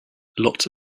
lots